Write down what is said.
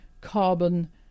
carbon